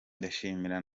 ndashimira